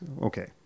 okay